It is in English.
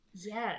Yes